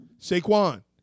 Saquon